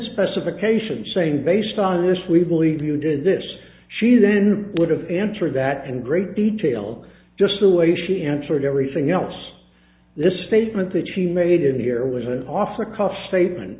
specifications saying based on this we believe you did this she then would have answered that and great detail just the way she answered everything else this statement that she made in the air was an offer a cough statement